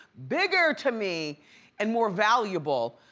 bigger to me and more valuable,